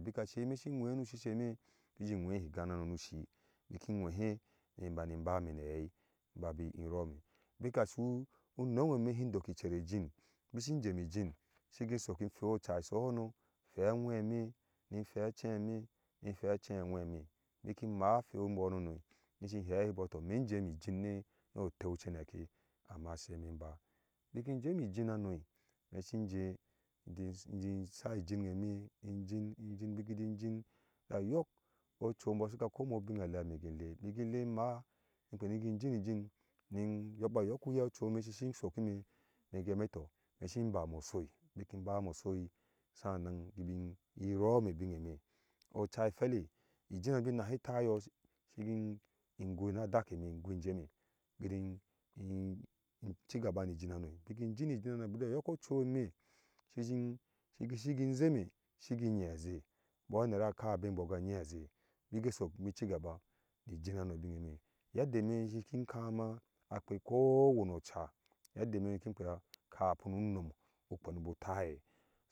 Bika se eme shi nwehe nu shisheme iji nwehi igan nano ni shi biki nwehe na bani inbame na hai imbabi inrɔɔme baki su unom eme si ndok icer ejin bisin ŋjemi inji sigi sok in hwea oca isohono in hwea aŋwɛme ni hwa a cɛi me ni hwea acɛi. aŋwɛme biki ima ahwea imbɔnono ni si hehi mbɔɔ tɔ ime injemi ijin nuɔ ɔteu ceneke amma seiime mba biki injemi ijin hano ime sinje nji sai ijin geme injin injiu biki njin nyin biki ja yɔk ocu embɔɔ siga kowi me ubinalea me in lea biki le imaa ni kpeni gin njin ŋin ba kpena ga yɔk uyɛ ocui me sisi sokime mfgi heti tɔɔ mi sin sisi sokime megi heti tɔɔ me sin bame osoi biki bame osoi sanan ibi roome binge me oca ɛhwɛle injige bi nahi tayɔɔ sigin ingui na dakeme ngui njeme giji inncigaba ni jin hano bika yɔk ocuime shiin zheme shigin nyin azhe imbɔɔneva ka abɛ mbɔɔ ga nyin azhe nigin sok giji cigaba ni ijinano bingeme aydda ime nyom kin kama kpea ko wani oca yedde me nyom kin kpea kamin unom kpeni bu taye